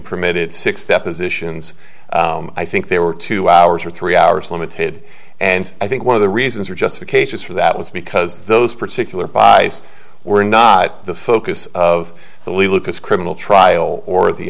permitted six depositions i think there were two hours or three hours limited and i think one of the reasons or justification for that was because those particular vice were not the focus of the lucas criminal trial or the